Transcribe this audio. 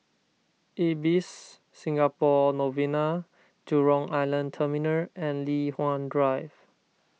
Ibis Singapore Novena Jurong Island Terminal and Li Hwan Drive